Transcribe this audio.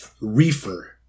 reefer